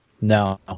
No